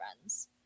friends